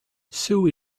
sue